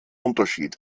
unterschied